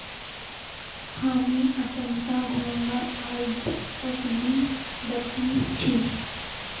हामी अट्टनता घोंघा आइज तक नी दखिल छि